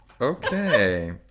okay